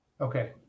Okay